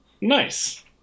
nice